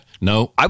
No